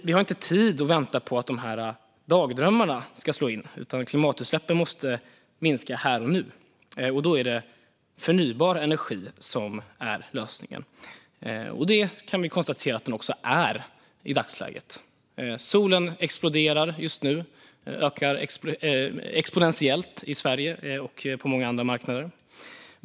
Vi har inte tid att vänta på att de här dagdrömmarna ska slå in. Klimatutsläppen måste minska här och nu, och då är det förnybar energi som är lösningen. Det kan vi konstatera att den också är i dagsläget. Solkraften exploderar just nu och ökar exponentiellt i Sverige och på många andra marknader.